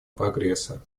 прогресса